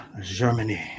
Germany